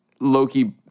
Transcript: Loki